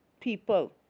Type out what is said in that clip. people